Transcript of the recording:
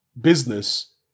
business